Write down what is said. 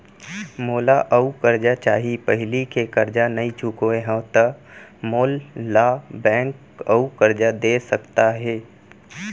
मोला अऊ करजा चाही पहिली के करजा नई चुकोय हव त मोल ला बैंक अऊ करजा दे सकता हे?